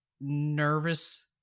nervous